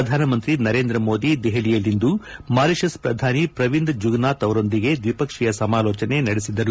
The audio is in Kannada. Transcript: ಪ್ರಧಾನಮಂತ್ರಿ ನರೇಂದ್ರ ಮೋದಿ ದೆಹಲಿಯಲ್ಲಿಂದು ಮಾರಿಶಿಸ್ ಪ್ರಧಾನಿ ಪ್ರವಿಂದ್ ಜುಗ್ನಾಥ್ ಅವರೊಂದಿಗೆ ದ್ವಿಪಕ್ಷೀಯ ಸಮಾಲೋಚನೆ ನಡೆಸಿದರು